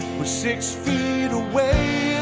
we're six feet away.